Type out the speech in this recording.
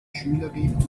schülerin